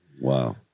Wow